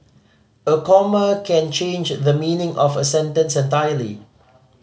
a comma can change the meaning of a sentence entirely